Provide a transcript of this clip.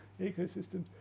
ecosystems